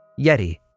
Yeti